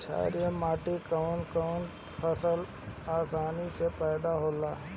छारिया माटी मे कवन कवन फसल आसानी से पैदा होला?